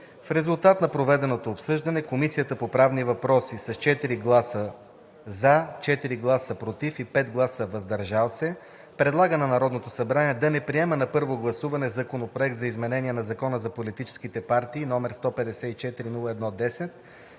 В резултат на проведеното обсъждане Комисията по правни въпроси с 4 гласа „за”, 4 гласа „против“ и 5 гласа „въздържал се”, предлага на Народното събрание да не приеме на първо гласуване Законопроект за изменение на Закон за политическите партии, № 154-01-10,